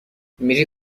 میری